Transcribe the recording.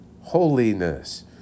holiness